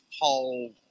whole